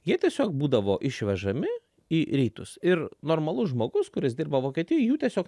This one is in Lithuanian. jie tiesiog būdavo išvežami į rytus ir normalus žmogus kuris dirba vokietijoj jų tiesiog